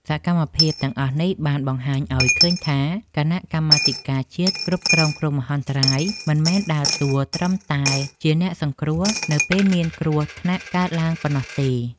សកម្មភាពទាំងអស់នេះបានបង្ហាញឱ្យឃើញថា គណៈកម្មាធិការជាតិគ្រប់គ្រងគ្រោះមហន្តរាយមិនមែនដើរតួត្រឹមតែជាអ្នកសង្គ្រោះនៅពេលមានគ្រោះថ្នាក់កើតឡើងប៉ុណ្ណោះទេ។